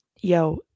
Yo